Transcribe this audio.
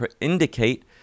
indicate